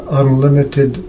unlimited